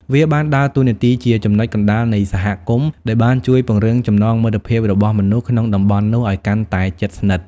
វាបានដើរតួនាទីជាចំណុចកណ្តាលនៃសហគមន៍ ដែលបានជួយពង្រឹងចំណងមិត្តភាពរបស់មនុស្សក្នុងតំបន់នោះឲ្យកាន់តែជិតស្និទ្ធ។